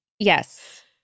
Yes